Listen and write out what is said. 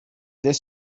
this